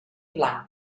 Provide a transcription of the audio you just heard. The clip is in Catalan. blanc